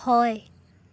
হয়